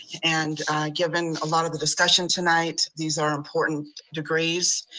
and given a lot of the discussion tonight, these are important degrees.